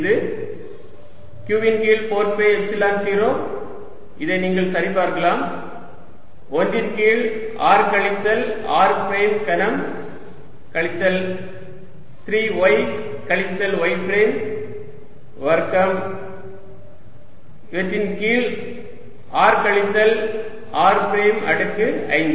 இது q ன் கீழ் 4 பை எப்சிலன் 0 இதை நீங்கள் சரி பார்க்கலாம் 1 ன் கீழ் r கழித்தல் r பிரைம் கனம் கழித்தல் 3 y கழித்தல் y பிரைம் வர்க்கம் கீழ் r கழித்தல் r பிரைம் அடுக்கு 5